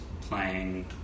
playing